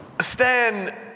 Stan